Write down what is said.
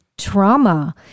trauma